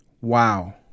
Wow